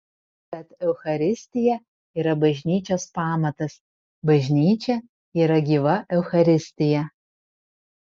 tad eucharistija yra bažnyčios pamatas bažnyčia yra gyva eucharistija